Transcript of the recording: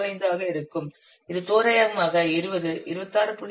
05 ஆக இருக்கும் இது தோராயமாக 20 26